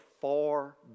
far